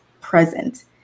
present